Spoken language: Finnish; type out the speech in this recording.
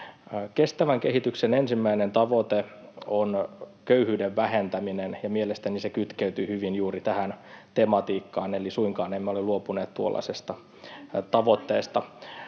Kestävän kehityksen ensimmäinen tavoite on köyhyyden vähentäminen, ja mielestäni se kytkeytyy hyvin juuri tähän tematiikkaan, eli suinkaan emme ole luopuneet tuollaisesta tavoitteesta.